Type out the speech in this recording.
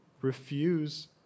refuse